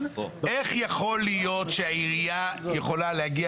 איך יכול להיות שהעירייה יכולה להגיע